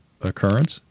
occurrence